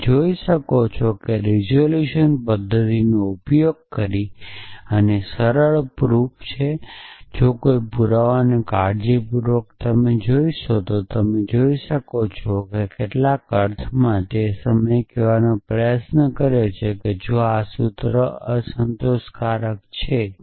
તમે જોઈ શકો છો કે રીઝોલ્યુશન પદ્ધતિનો ઉપયોગ કરીને ત્યાં સરળ પ્રૂફ છે અને જો કોઈ પુરાવાને કાળજીપૂર્વક જોશો તો તમે જોઈ શકો છો કે તે કેટલાક અર્થમાં તે જ સમયે કહેવાનો પ્રયાસ કરી રહ્યો છે કે જો આ સૂત્ર અસંતોષકારક છે